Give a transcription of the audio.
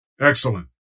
Excellent